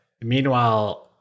Meanwhile